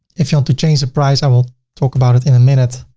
if you want to change the price, i will talk about it in a minute.